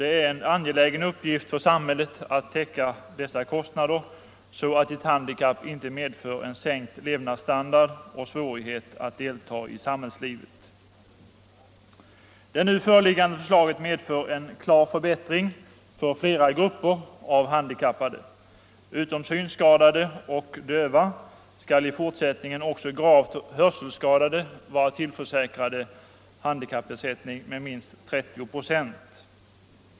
Det är en angelägen uppgift för samhället att täcka dessa kostnader så att handikappade inte får en sänkt standard och svårighet att delta i samhällslivet. Det nu föreliggande förslaget medför en klar förbättring för flera grupper av handikappade. Utom synskadade och döva skall i fortsättningen också gravt hörselskadade vara tillförsäkrade handikappersättning med minst 30 procent.